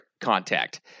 contact